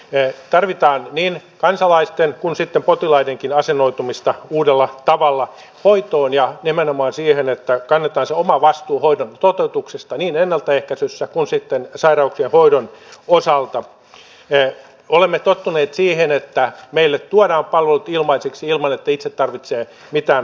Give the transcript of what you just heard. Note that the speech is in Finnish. ee tarvitaan niin kansalaisten kuin sitten potilaidenkin asennoitumista uudella tavalla voittoon ja nimenomaan siihen että kannettaisi omavastuu hoidon toteutuksesta niin ennaltaehkäisyssä kuin sitten sairauksien voitu se ei kuitenkaan tarkoita sitä että nuorisotakuu tai työvoimapolitiikka ylipäätään pitäisi kokonaan lopettaa